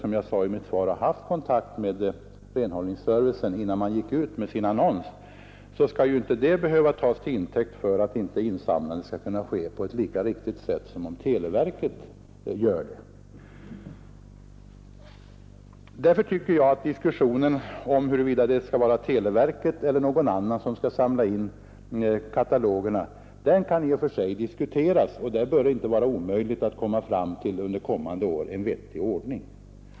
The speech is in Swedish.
Som jag sade i mitt svar har televerket också haft kontakt med renhållningsservicen i Stockholm innan man gick ut med sin annons. Därför tycker jag att det i och för sig kan diskuteras huruvida det skall vara televerket eller någon annan som skall samla in telefonkatalogerna, och det bör där inte vara omöjligt att under kommande år nå fram till en vettig ordning.